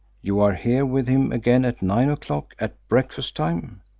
you are here with him again at nine o'clock at breakfast time.